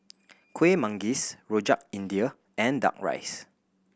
Kueh Manggis Rojak India and Duck Rice